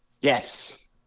Yes